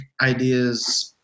ideas –